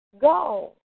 Go